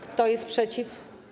Kto jest przeciw?